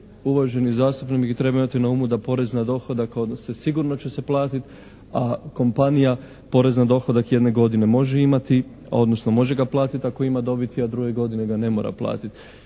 uvaženi zastupnik bi trebao imati na umu da porez na dohodak, sigurno će se platiti, a kompanija porez na dohodak jedne godine može imati, a odnosno može ga platiti ako ima dobiti, a druge godine ga ne mora platiti.